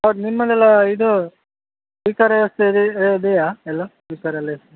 ಹೌದ್ ನಿಮ್ಮಲ್ಲೆಲ್ಲ ಇದೂ ಸ್ಪೀಕರ್ ವ್ಯವಸ್ಥೆ ಇದೆಯಾ ಎಲ್ಲ ಸ್ಪೀಕರ್ ಎಲ್ಲ ಇದು